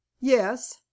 yes